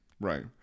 Right